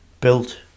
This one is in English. built